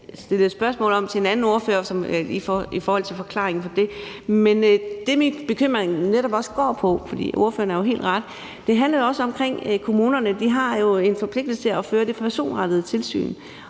også stillet et spørgsmål om det til en anden ordfører i forhold til forklaringen på det. Men det, min bekymring netop går på, for ordføreren har helt ret, handler også om, at kommunerne har en forpligtelse til at føre det personrettede tilsyn